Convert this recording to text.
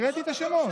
הקראתי את השמות.